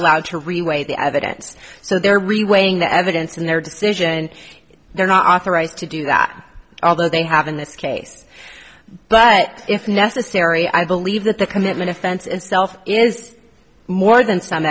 allowed to reweigh the evidence so they're really weighing the evidence and their decision they're not authorized to do that although they have in this case but if necessary i believe that the commitment offense itself is more than some